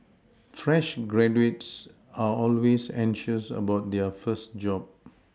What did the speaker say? fresh graduates are always anxious about their first job